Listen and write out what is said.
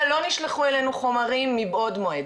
- לא נשלחו אלינו חומרים מבעוד מועד,